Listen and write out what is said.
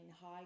high